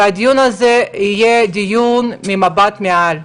והדיון הזה יהיה דיון ממבט על,